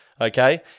okay